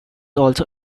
also